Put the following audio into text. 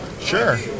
Sure